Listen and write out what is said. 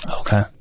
Okay